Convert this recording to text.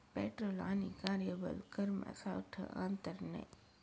petrol आणि कार्यबल करमा सावठं आंतर नै